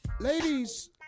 Ladies